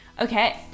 Okay